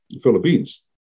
Philippines